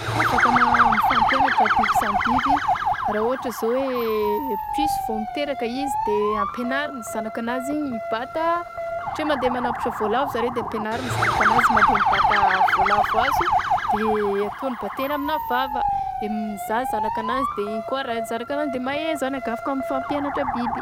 Afaka m- mifampianatra ny biby samy biby ra ôhatra zao hoe piso vao miteraka izy de ampenariny zanakan'azy igny mibata ohatra hoe manambotra vaolavo zareo de ampenariny zanakan'azy mandeha mibata vaolavo azo de ataony bategny aminà vava de mizaha zanaka anazy de igny koa arahagny zanaka nazy de mahay zanaka afaka mifampianatra biby.